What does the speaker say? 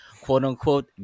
quote-unquote